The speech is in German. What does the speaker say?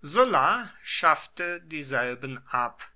sulla schaffte dieselben ab